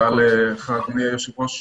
תודה לך, אדוני היושב-ראש,